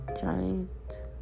giant